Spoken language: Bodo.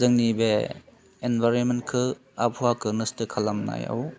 जोंनि बे इनभारेमेन्टखौ आबहावाखौ नस्थ' खालामनायाव